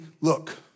look